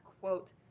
quote